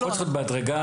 הכול צריך להיות בהדרגה,